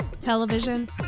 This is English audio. television